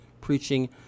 preaching